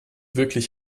wirklich